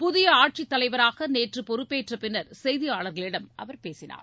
புதிய ஆட்சித் தலைவராக நேற்று பொறுப்பேற்ற பின்னர் செய்தியாளர்களிடம் அவர் பேசினார்